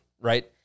right